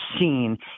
seen